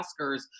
Oscars